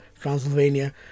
Transylvania